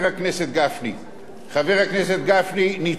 חבר הכנסת גפני, ניצחת פעם נוספת,